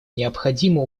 необходимо